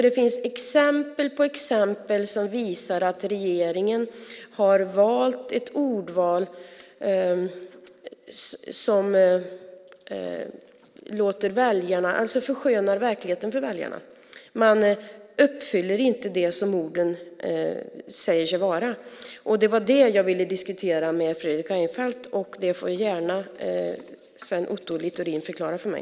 Det finns exempel på exempel som visar att regeringen har gjort ordval som förskönar verkligheten för väljarna. Man uppfyller inte det som orden betyder. Det var det jag ville diskutera med Fredrik Reinfeldt, och det får gärna Sven Otto Littorin förklara för mig.